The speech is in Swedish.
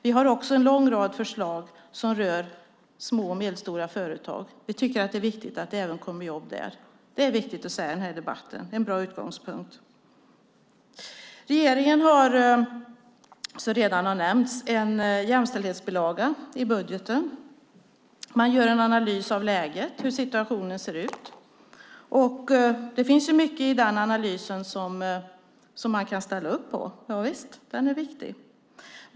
Vi har också en lång rad förslag som rör små och medelstora företag. Vi tycker att det är viktigt att det även kommer jobb där. Det är viktigt att säga i den här debatten. Det är en bra utgångspunkt. Regeringen har, som redan har nämnts, en jämställdhetsbilaga i budgeten. Man gör en analys av läget, av hur situationen ser ut. Det finns mycket i den analysen som man kan ställa upp på. Javisst, den är viktig.